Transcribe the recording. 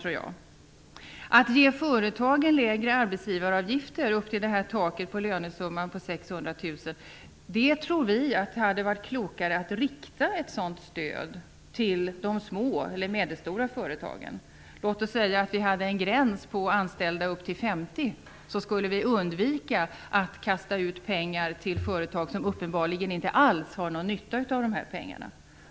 Vad gäller att ge företagen lägre arbetsgivaravgifter upp till taket på lönesumman 600 000 kr tror vi att det hade varit klokare att rikta ett sådant stöd till de små eller medelstora företagen. Låt oss säga att vi hade en gräns på upp till 50 anställda. Då skulle vi undvika att kasta ut pengar till företag som uppenbarligen inte alls har någon nytta av dessa pengar.